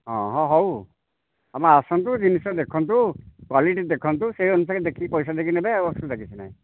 ହଁ ହଁ ହଉ ଆପଣ ଆସନ୍ତୁ ଜିନିଷ ଦେଖନ୍ତୁ କ୍ଵାଲିଟି ଦେଖନ୍ତୁ ସେହି ଅନୁସାରେ ଦେଖିକି ପଇସା ଦେଇକି ନେବେ ଆଉ ଅସୁବିଧା କିଛି ନାହିଁ